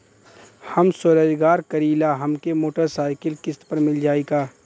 हम स्वरोजगार करीला हमके मोटर साईकिल किस्त पर मिल जाई का?